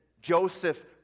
Joseph